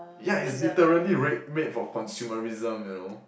yeah it's literally r~ made for consumerism you know